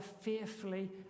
fearfully